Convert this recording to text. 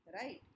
Right